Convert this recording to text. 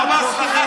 בהצעת חוק, מה קרה?